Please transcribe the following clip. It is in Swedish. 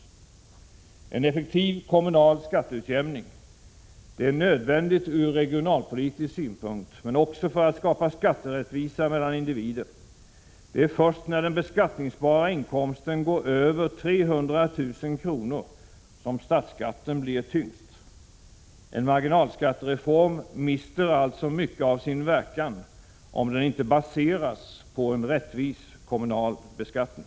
o En effektiv kommunal skatteutjämning. Det är nödvändigt ur regionalpolitisk synpunkt men också för att skapa skatterättvisa mellan individer. Det är först när den beskattningsbara inkomsten går över 300 000 kr. som statsskatten blir tyngst. En marginalskattereform mister alltså mycket av sin verkan om den inte baseras på en rättvis kommunal beskattning.